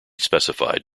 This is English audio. specified